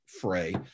fray